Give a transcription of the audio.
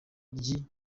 ry’i